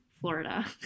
Florida